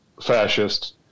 fascists